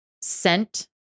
scent